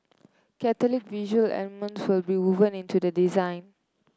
Catholic visual elements will be woven into the design